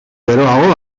geroago